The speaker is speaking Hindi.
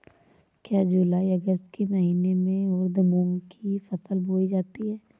क्या जूलाई अगस्त के महीने में उर्द मूंग की फसल बोई जाती है?